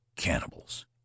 cannibals